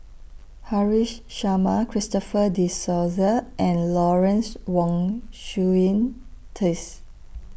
Haresh Sharma Christopher De Souza and Lawrence Wong Shyun Tsai